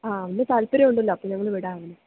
ആ അവന് താല്പര്യമുണ്ടല്ലോ അപ്പോള് ഞങ്ങള് വിടാം അവനെ